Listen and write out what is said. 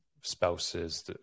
spouses